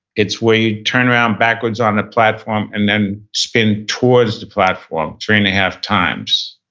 it's where you turn around backwards on the platform and then spin towards the platform three and a half times.